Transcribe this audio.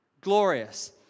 Glorious